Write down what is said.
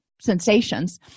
sensations